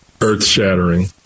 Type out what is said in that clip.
earth-shattering